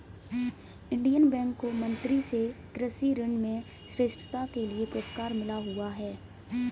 Indian bank को मंत्री से कृषि ऋण में श्रेष्ठता के लिए पुरस्कार मिला हुआ हैं